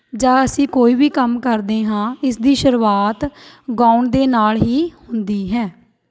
ਜਾਂ ਅਸੀਂ ਕੋਈ ਵੀ ਕੰਮ ਕਰਦੇ ਹਾਂ ਇਸ ਦੀ ਸ਼ੁਰੂਆਤ ਗਾਉਣ ਦੇ ਨਾਲ ਹੀ ਹੁੰਦੀ ਹੈ